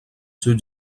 seuils